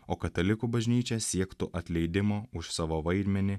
o katalikų bažnyčia siektų atleidimo už savo vaidmenį